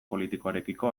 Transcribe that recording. politikoarekiko